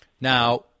Now